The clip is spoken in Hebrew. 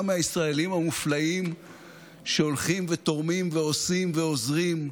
גם מהישראלים המופלאים שהולכים ותורמים ועושים ועוזרים,